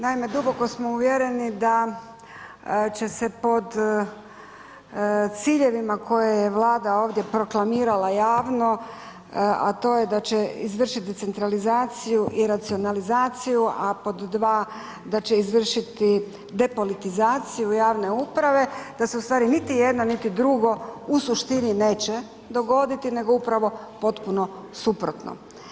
Naime, duboko smo uvjereni da će se pod ciljevima koje je Vlada ovdje proklamirala javno, a to je da će izvršiti centralizaciju i racionalizaciju, a pod dva da će izvršiti depolitizaciju javne uprave, da se u stvari niti jedna niti drugo u suštini neće dogoditi nego upravo potpuno suprotno.